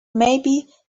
maybe